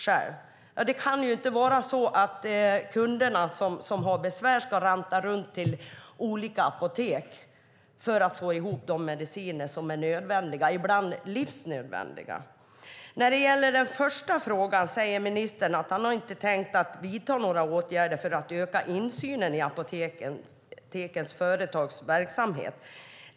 Men det kan väl inte vara så att kunder som har besvär ska ranta runt till olika apotek för att få ihop de mediciner som är nödvändiga, ibland livsnödvändiga. När det gäller den första frågan säger ministern att han inte tänkt vidta några åtgärder för att öka insynen i apotekens företagsverksamhet.